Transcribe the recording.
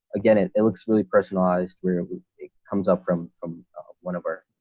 again, it it looks really personalized where it comes up from from one of our